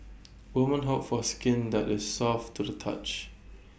woman hope for skin that is soft to the touch